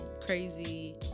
crazy